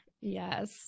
yes